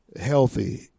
healthy